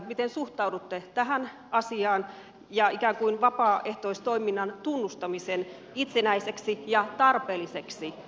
miten suhtaudutte tähän asiaan ja ikään kuin vapaaehtoistoiminnan tunnustamiseen itsenäiseksi ja tarpeelliseksi yhteiskuntasektoriksi